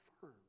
firm